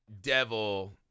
devil